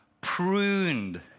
pruned